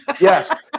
Yes